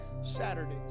Saturdays